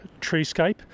treescape